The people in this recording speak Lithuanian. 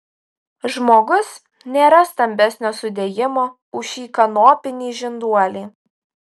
žmogus nėra stambesnio sudėjimo už šį kanopinį žinduolį